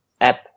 app